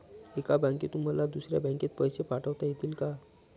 एका बँकेतून मला दुसऱ्या बँकेत पैसे पाठवता येतील का?